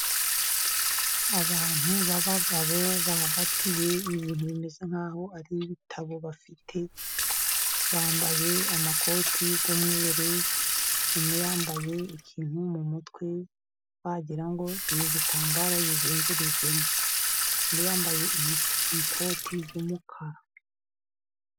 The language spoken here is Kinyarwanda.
Abantu b'abagabo bahagatiye ibintu bimeze nkaho ari ibitabo bafite. Bambaye amakoti y'umweru, umwe yambaye ikintu mu mutwe wagira ngo ni igitambaro yizengurijeho, undi yambaye ikoti ry'umukara.